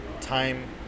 time